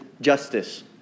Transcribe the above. justice